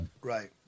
Right